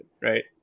right